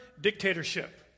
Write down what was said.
dictatorship